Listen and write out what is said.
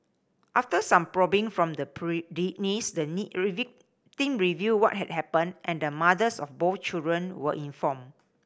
after some probing from the niece the victim revealed what had happened and the mothers of both children were informed